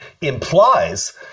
implies